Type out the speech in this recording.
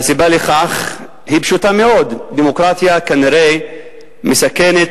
והסיבה לכך היא פשוטה מאוד: דמוקרטיה כנראה מסכנת,